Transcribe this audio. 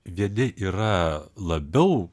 vieni yra labiau